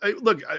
Look